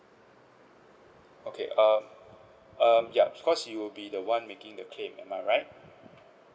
okay um um yup because you'll be the [one] making the claim am I right